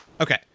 okay